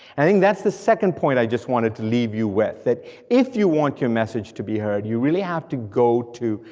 i think that's the second point i just waned to leave you with, that if you want your message to be heard, you really have to go to,